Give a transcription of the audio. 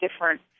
different